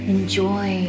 Enjoy